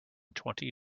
twenty